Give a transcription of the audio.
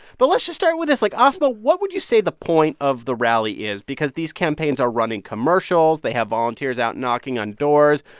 but let's just start with this. like, asma, what would you say the point of the rally is? because these campaigns are running commercials. they have volunteers out knocking on doors.